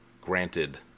Granted